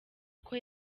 uko